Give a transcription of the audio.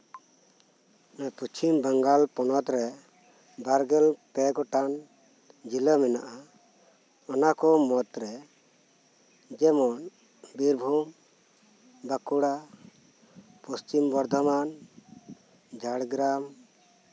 ᱯᱚᱪᱷᱤᱢ ᱵᱟᱝᱜᱟᱞ ᱯᱚᱱᱚᱛ ᱨᱮ ᱵᱟᱨᱜᱮᱞ ᱯᱮ ᱜᱚᱴᱟᱝ ᱡᱤᱞᱟᱹ ᱢᱮᱱᱟᱜᱼᱟ ᱚᱱᱟᱠᱚ ᱢᱩᱫᱽᱨᱮ ᱡᱮᱢᱚᱱ ᱵᱤᱨᱵᱷᱩᱢ ᱵᱟᱸᱠᱩᱲᱟ ᱯᱚᱥᱪᱤᱢ ᱵᱚᱨᱫᱷᱚᱢᱟᱱ ᱡᱷᱟᱲᱜᱨᱟᱢ